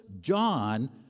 John